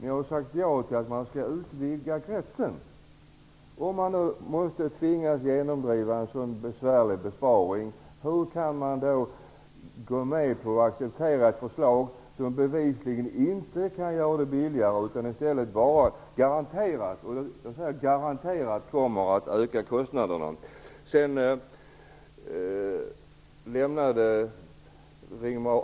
Ni har sagt ja till att utvidga kretsen bidragsberättigade. Om vi nu tvingas att göra en sådan besvärlig besparing, hur kan man då acceptera ett förslag som bevisligen inte gör det billigare, utan garanterat - jag säger garanterat - leder till ökade kostnader? år.